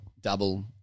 double